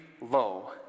low